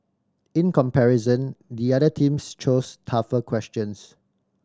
in comparison the other teams chose tougher questions